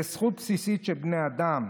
זו זכות בסיסית של בני אדם.